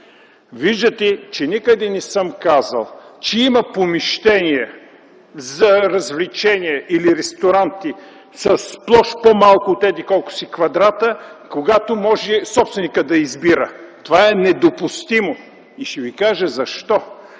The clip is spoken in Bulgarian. виждате, че никъде не съм казал, че има помещения за развлечение или ресторанти с площ от еди-колко си квадрата, когато може собственикът да избира. Това е недопустимо. И ще ви кажа защо.